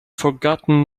forgotten